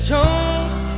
Jones